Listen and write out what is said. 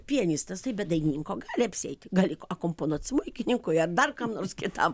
pianistas tai be dainininko gali apsieiti gali akomponuot smuikininkui ar dar kam nors kitam